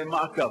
שהמעקב,